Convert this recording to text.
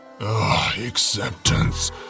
acceptance